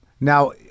Now